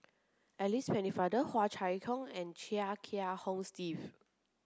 Alice Pennefather Hua Chai Yong and Chia Kiah Hong Steve